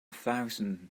thousand